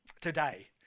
Today